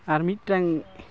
ᱟᱨ ᱢᱤᱫᱴᱟᱝ